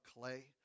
clay